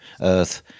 Earth